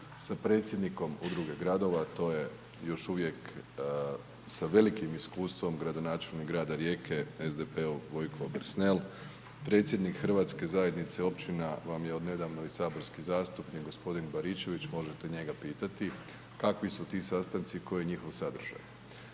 sa predsjednikom udruge, gradova, to je još uvijek, sa velikim iskustvom gradonačelnik grada Rijeke, SDP-ov Vojko Obersnel, predsjednik hrvatske zajednica, općina vam je od nedavno i saborski zastupnik, gospodin Baričević, možete njega pitati, kakvi su ti sastanci i koji je njihov sadržaj.